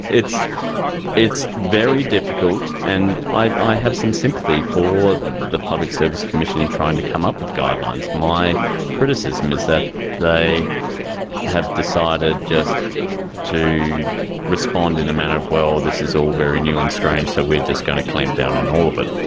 very difficult and i have some sympathy for the public service commission in trying to come up with guidelines. my criticism is that they have decided just to respond in a manner of, well, this is all very new and strange so we're just going to clamp down on all of it.